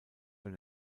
von